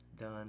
done